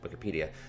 Wikipedia